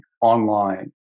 online